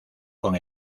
con